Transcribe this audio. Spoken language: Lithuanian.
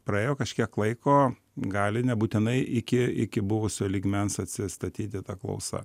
praėjo kažkiek laiko gali nebūtinai iki iki buvusio lygmens atsistatyti ta klausa